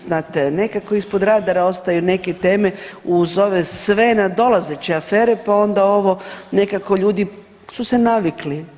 Znate nekako ispod radara ostaju neke teme uz ove sve nadolazeće afere pa onda ovo nekako ljudi su se navikli.